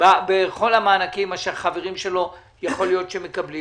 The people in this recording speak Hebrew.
בכל המענקים בזמן שהחברים שלו מקבלים.